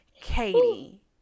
Katie